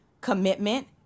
commitment